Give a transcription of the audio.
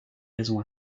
raisons